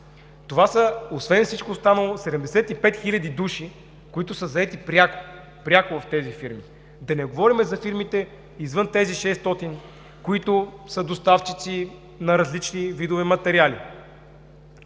говорите. Освен всичко останало, това са 75 хил. души, които са заети пряко в тези фирми. Да не говорим за фирмите, извън тези 600, които са доставчици на различни видове материали.